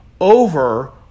over